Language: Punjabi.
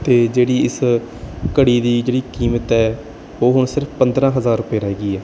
ਅਤੇ ਜਿਹੜੀ ਇਸ ਘੜੀ ਦੀ ਜਿਹੜੀ ਕੀਮਤ ਹੈ ਉਹ ਹੁਣ ਸਿਰਫ ਪੰਦਰਾਂ ਹਜ਼ਾਰ ਰੁਪਏ ਰਹਿ ਗਈ ਹੈ